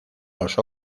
los